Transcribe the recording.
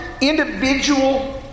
individual